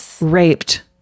raped